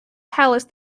palace